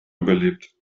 überlebt